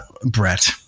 Brett